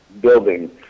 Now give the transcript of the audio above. building